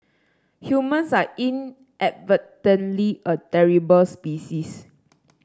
humans are inadvertently a terrible species